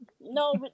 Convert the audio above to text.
no